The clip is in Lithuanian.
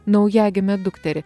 naujagimę dukterį